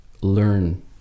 learn